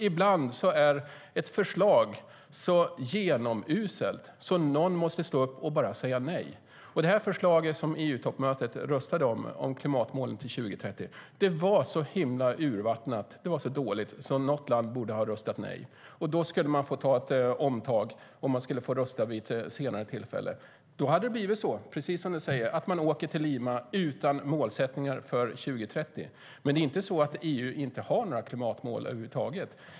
Ibland är ett förslag så genomuselt att någon måste stå upp och bara säga nej. Det förslag om klimatmålen till 2030 som EU-toppmötet röstade om var så urvattnat och dåligt att något land borde ha röstat nej. Då hade man fått ta ett omtag och fått rösta vid ett senare tillfälle. Det hade då blivit så, precis som du säger, att man åkt till Lima utan målsättningar för 2030. Men det är inte så att EU inte har några klimatmål över huvud taget.